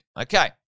Okay